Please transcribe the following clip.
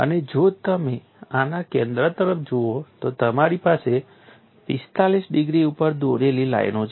અને જો તમે આના કેન્દ્ર તરફ જુઓ તો તમારી પાસે 45 ડિગ્રી ઉપર દોરેલી લાઈનો છે